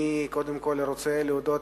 אני קודם כול רוצה להודות,